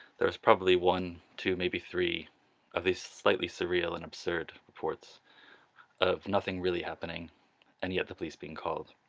there was probably one, two maybe three of these slightly surreal and absurd reports of nothing really happening and yet the police being called.